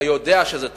אתה יודע שזו טעות.